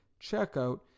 checkout